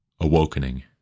awakening